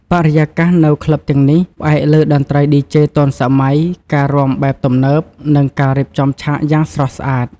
បរិយាកាសនៅក្លឹបទាំងនេះ ផ្អែកលើតន្ត្រីឌីជេទាន់សម័យ, ការរាំបែបទំនើប, និង ការរៀបចំឆាកយ៉ាងស្រស់ស្អាត។